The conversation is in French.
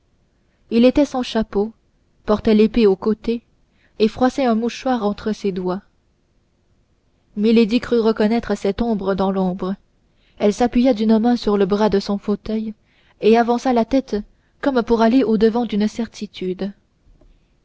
il était sans chapeau portait l'épée au côté et froissait un mouchoir entre ses doigts milady crut reconnaître cette ombre dans l'ombre elle s'appuya d'une main sur le bras de son fauteuil et avança la tête comme pour aller au-devant d'une certitude